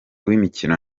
w’imikino